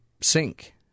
sink